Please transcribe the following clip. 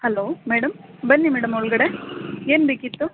hello madam ಬನ್ನಿ madam ಒಳಗಡೆ ಏನು ಬೇಕಿತ್ತು